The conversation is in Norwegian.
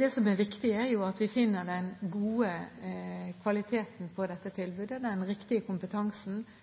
Det som er viktig, er at vi finner den gode kvaliteten på dette tilbudet, den riktige kompetansen, den riktige